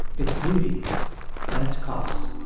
its beauty and its costs